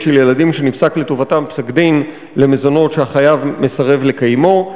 של ילדים שנפסק לטובתם פסק-דין למזונות שהחייב מסרב לקיימו,